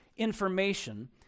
Information